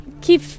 keep